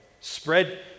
Spread